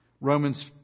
Romans